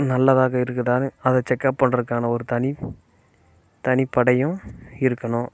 நல்லதாக இருக்குதுதான்னு அதை செக்கப் பண்ணுறக்கான ஒரு தனி தனிப் படையும் இருக்கணும்